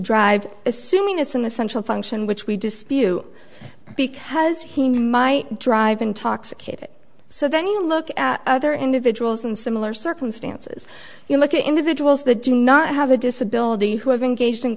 drive assuming it's an essential function which we dispute because he my drive intoxicated so then you look at other individuals in similar circumstances you look at individuals that do not have a disability who have engaged in